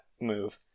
move